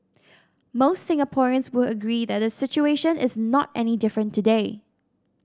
most Singaporeans would agree that the situation is not any different today